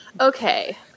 Okay